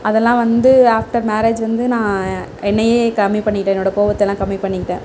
அதெலாம் வந்து after marriage வந்து நான் என்னையே கம்மி பண்ணிட்டு என்னோடய கோவத்தலாம் கம்மி பண்ணிகிட்டேன்